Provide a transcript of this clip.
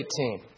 18